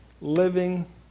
living